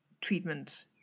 treatment